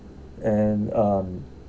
and um